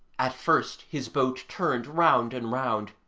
at first, his boat turned round and round,